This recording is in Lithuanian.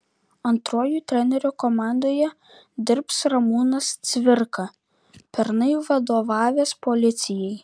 antruoju treneriu komandoje dirbs ramūnas cvirka pernai vadovavęs policijai